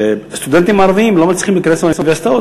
התלמידים הערבים לא מצליחים להיכנס לאוניברסיטאות